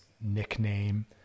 nickname